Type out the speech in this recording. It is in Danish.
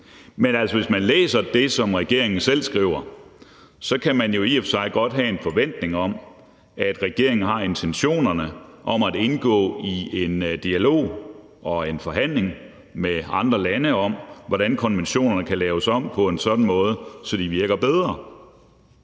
Men hvis man læser det, som regeringen selv skriver, kan man i og for sig godt have en forventning om, at regeringen har intentionerne om at indgå i en dialog og en forhandling med andre lande om, hvordan konventionerne kan laves om på en sådan måde, at de virker bedre.